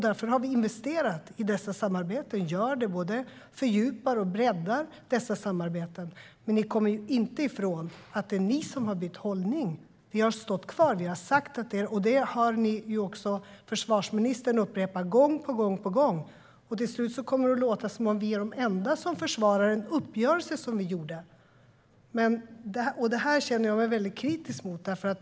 Därför har vi investerat i, fördjupat och breddat dessa samarbeten. Men ni kommer inte ifrån att det är ni som har bytt hållning, och det har försvarsministern upprepat gång på gång. Till slut kommer det att låta som om vi är de enda som försvarar den uppgörelse som vi träffade. Jag är väldigt kritisk mot detta.